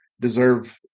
deserve